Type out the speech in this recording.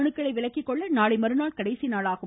மனுக்களை விலக்கிக் கொள்ள நாளை மறுநாள் கடைசி நாளாகும்